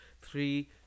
three